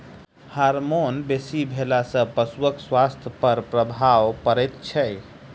Hormone बेसी भेला सॅ पशुक स्वास्थ्य पर की प्रभाव पड़ैत छै?